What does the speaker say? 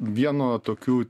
vieno tokių